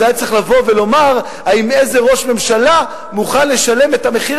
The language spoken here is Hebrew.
אז היה צריך לבוא ולומר איזה ראש ממשלה מוכן לשלם את המחיר